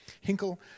Hinkle